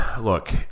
look